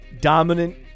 dominant